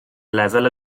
lefel